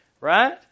right